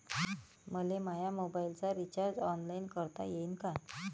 मले माया मोबाईलचा रिचार्ज ऑनलाईन करता येईन का?